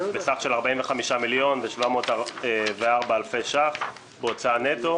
בסך של 45,704 אלפי ש"ח בהוצאה נטו,